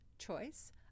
choice